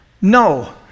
No